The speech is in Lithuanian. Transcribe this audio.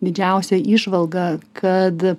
didžiausia įžvalga kad